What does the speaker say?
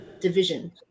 division